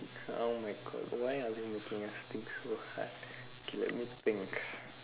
oh my god why are they making us think so hard okay let me think